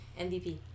MVP